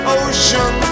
ocean